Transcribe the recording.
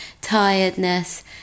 tiredness